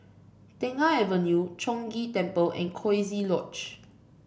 Tengah Avenue Chong Ghee Temple and Coziee Lodge